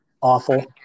awful